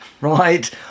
right